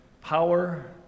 power